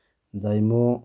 ꯗꯥꯏꯃꯣ